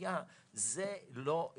פוגש בן אדם שהולך להתפלל ונוגע בו,